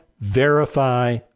verify